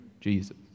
Jesus